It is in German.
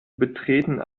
betreten